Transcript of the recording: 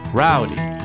rowdy